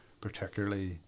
particularly